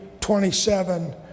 27